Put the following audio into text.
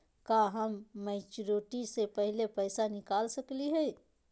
का हम मैच्योरिटी से पहले पैसा निकाल सकली हई?